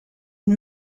and